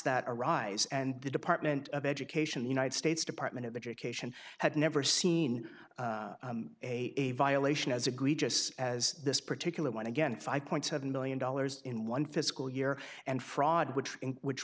that arise and the department of education the united states department of education had never seen a violation as egregious as this particular one again a five point seven million dollars in one fiscal year and fraud which in which